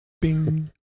Bing